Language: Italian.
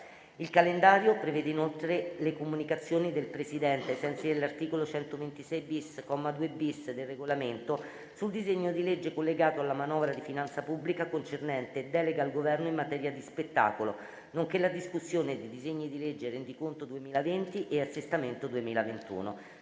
Il calendario prevede inoltre le comunicazioni del Presidente, ai sensi dell'articolo 126*-bis*, comma 2*-bis*, del Regolamento, sul disegno di legge collegato alla manovra di finanza pubblica concernente delega al Governo in materia di spettacolo, nonché la discussione dei disegni di legge rendiconto 2020 e assestamento 2021.